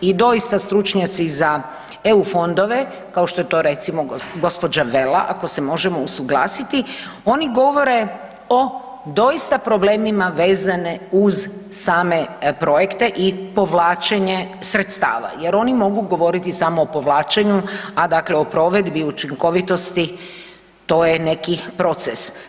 i doista stručnjaci za eu fondove, kao što je to recimo gospođa Vela ako se možemo usuglasiti, oni govore o doista problemima vezane uz same projekte i povlačenje sredstava jer oni mogu govoriti samo o povlačenju, a dakle o provedbi i učinkovitosti to je neki proces.